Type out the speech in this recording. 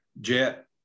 jet